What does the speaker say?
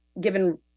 given